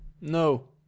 no